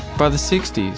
by the sixty s,